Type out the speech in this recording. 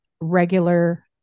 regular